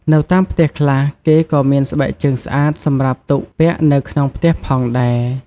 នៅតាមផ្ទះខ្លះ គេក៏មានស្បែកជើងស្អាតសម្រាប់ទុកពាក់នៅក្នុងផ្ទះផងដែរ។